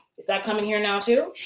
is that coming here now, too?